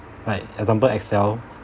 like example Excel